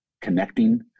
connecting